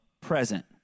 present